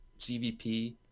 gvp